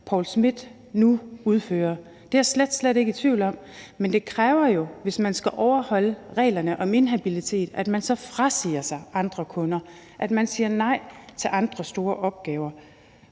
Poul Schmith nu udfører – det er jeg slet, slet ikke i tvivl om – men det kræver jo, hvis man skal overholde reglerne om inhabilitet, at man så frasiger sig andre kunder, at man siger nej til andre store opgaver.